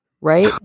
right